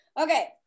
okay